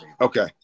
Okay